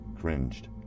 cringed